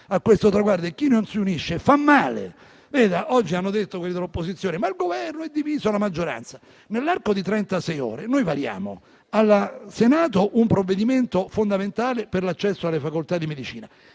a questo traguardo e chi non si unisce fa male. Oggi hanno detto quelli dell'opposizione che il Governo e la maggioranza sono divisi. Nell'arco di trentasei ore noi variamo al Senato un provvedimento fondamentale per l'accesso alle facoltà di medicina,